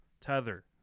Tether